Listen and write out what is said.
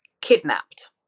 kidnapped